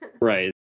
right